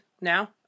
now